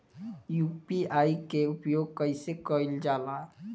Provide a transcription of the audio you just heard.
UPI के उपयोग कइसे कइल जाला?